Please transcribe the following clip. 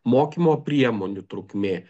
mokymo priemonių trukmė